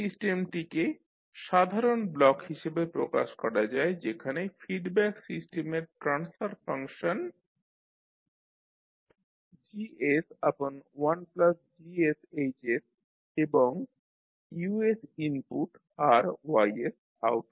এই সিস্টেমটিকে সাধারণ ব্লক হিসাবে প্রকাশ করা যায় যেখানে ফিডব্যাক সিস্টেমের ট্রান্সফার ফাংশন G1GsH এবং U ইনপুট আর Y আউটপুট